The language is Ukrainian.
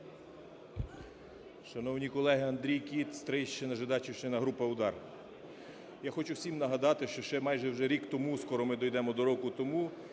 Шановні колеги, Андрій Кіт, Стрийщина, Жидачівщина, група "Удар". Я хочу всім нагадати, що ще майже вже рік тому, скоро ми дійдемо до року тому,